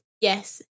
yes